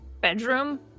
bedroom